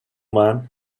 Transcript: man